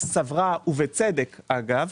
סברה ובצדק, אגב